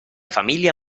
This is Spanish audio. familia